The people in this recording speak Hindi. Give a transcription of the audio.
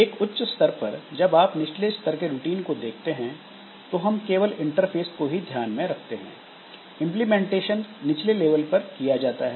एक उच्च स्तर पर जब आप निचले स्तर के रूटीन को देखते हैं तो हम केवल इंटरफेस को ही ध्यान में रखते हैं इंप्लीमेंटेशन निचले लेवल पर किया जाता है